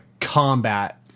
combat